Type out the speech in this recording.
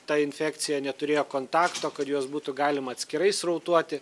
ta infekcija neturėjo kontakto kad juos būtų galima atskirai srautuoti